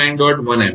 1 Ampere